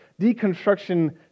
deconstruction